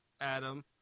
Adam